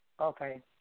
Okay